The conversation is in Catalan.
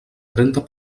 trenta